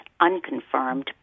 unconfirmed